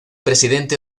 presidente